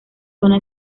zona